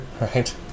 Right